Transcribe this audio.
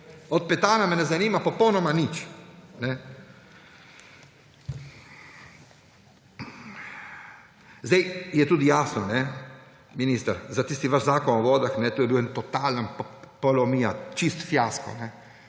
Od Petana me ne zanima popolnoma nič. Sedaj je tudi jasno, minister, za tisti vaš Zakon o vodah, to je bila ena totalna polomija. Čisti fiasko.